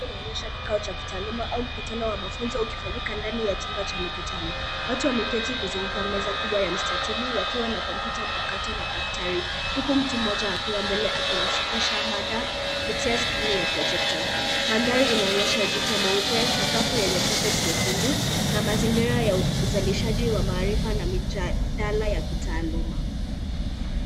Inaonyesha kikao cha kitaaluma au mkutano wa mafunzo ukifanyika ndani ya chumba cha mikutano. Watu wameketi kuzunguka meza kubwa ya mstatili, wakiwa na kompyuta mpakato na daftari. Huku mtu mmoja akiwa mbele akiwasilisha mada kupitia skrini ya projector . Mandhari inaonyesha ukuta mweupe, sakafu yenye carpet nyekundu, na mazingira ya uzalishaji wa maarifa na mijadala ya kitaaluma.